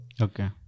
Okay